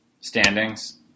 Standings